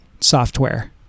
Software